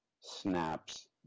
snaps